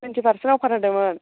twenty percent अफार होदोंमोन